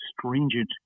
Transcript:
stringent